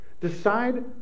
Decide